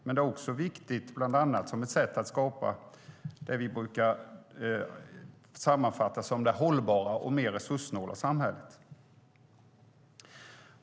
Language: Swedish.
Men det är också viktigt bland annat som ett sätt att skapa det vi brukar sammanfatta som det hållbara och mer resurssnåla samhället.